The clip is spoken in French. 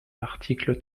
l’article